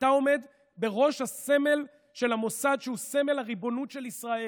אתה עומד בראש הסמל של המוסד שהוא סמל הריבונות של ישראל,